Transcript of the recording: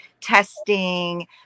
testing